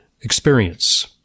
experience